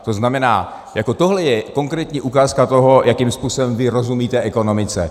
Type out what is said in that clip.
To znamená, tohle je konkrétní ukázka toho, jakým způsobem vy rozumíte ekonomice.